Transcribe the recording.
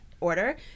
order